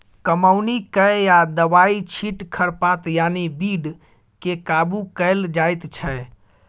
कमौनी कए या दबाइ छीट खरपात यानी बीड केँ काबु कएल जाइत छै